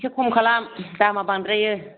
एसे खम खालाम दामा बांद्रायो